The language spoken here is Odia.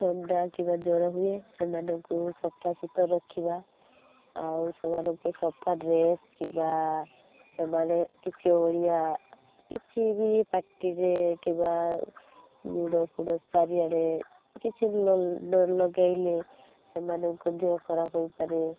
ଥଣ୍ଡା କିମ୍ବା ଜର ହୁଏ ସେମାନଙ୍କୁ ସଫାସୁତୁରା ରଖିବା ଆଉ ସେମାନଙ୍କୁ ସଫା ଡ୍ରେସ୍ କିମ୍ବା ସେମାନେ କିଛି ଓଳିଆ କିଛି ବି ପାଟିରେ କିମ୍ବା ଗୁଡ଼ ଫୁଡ଼ ଚାରିଆଡ଼େ କିଛି ନଲଗାଇଲେ ସେମାନଙ୍କ ଦେହ ଖରାପ ହୋଇପାରେ